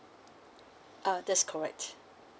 uh that's correct